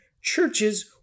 churches